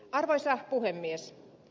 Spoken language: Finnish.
arvoisa puhemies